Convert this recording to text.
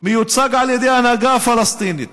המיוצג על ידי ההנהגה הפלסטינית